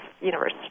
universe